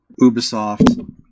ubisoft